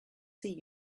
see